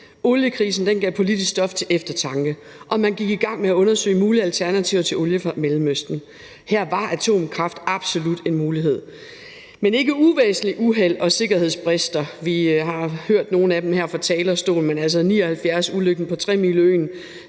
Oliekrisen gav politisk stof til eftertanke, og man gik i gang med at undersøge mulige alternativer til olie fra Mellemøsten. Her var atomkraft absolut en mulighed. Men ikke uvæsentligt fik uheld og sikkerhedsbrister – vi har hørt om nogle af dem her fra talerstolen, men altså i 1979 ulykken på Tremileøen,